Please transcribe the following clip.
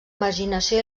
marginació